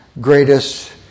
greatest